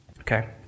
okay